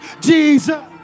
Jesus